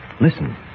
Listen